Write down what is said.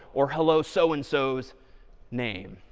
or hello, so and so's name?